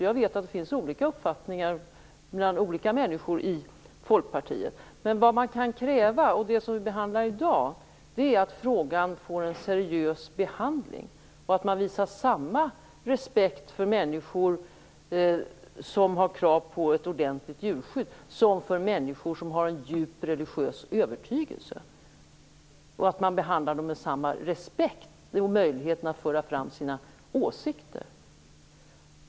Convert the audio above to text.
Jag vet att det finns olika uppfattningar hos olika människor inom partiet. Vad man kan kräva, och det som vi behandlar i dag, är att frågan får en seriös behandling, att man visar samma respekt för de människor som ställer krav på ett ordentligt djurskydd som för de människor som har en djupt religiös övertygelse. De skall behandlas med samma respekt och få möjlighet att föra fram sina åsikter.